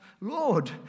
Lord